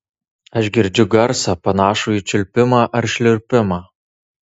aš girdžiu garsą panašų į čiulpimą ar šliurpimą